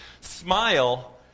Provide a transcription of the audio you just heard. smile